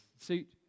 suit